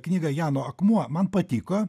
knyga jano akmuo man patiko